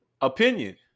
opinion